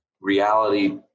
reality